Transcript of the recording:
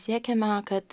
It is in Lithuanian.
siekiame kad